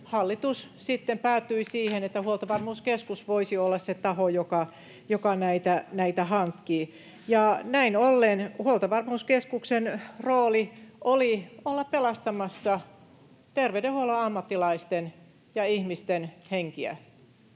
hallitus sitten päätyi siihen, että Huoltovarmuuskeskus voisi olla se taho, joka näitä hankkii, ja näin ollen Huoltovarmuuskeskuksen rooli oli olla pelastamassa terveydenhuollon ammattilaisten ja ihmisten henkiä,